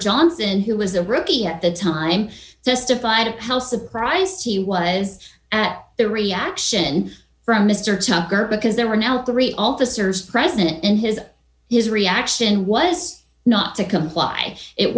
johnson who was a rookie at the time testified a hell surprised he was at the reaction from mister tucker because there were now three officers present and his his reaction was not to comply it